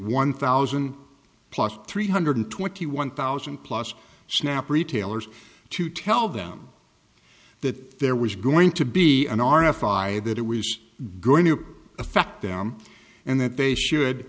one thousand plus three hundred twenty one thousand plus snap retailers to tell them that there was going to be an r f i that it was going to affect them and that they should